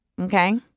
okay